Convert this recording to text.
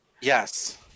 Yes